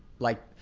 like